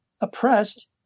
oppressed